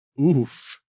Oof